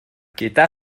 gyda